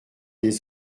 des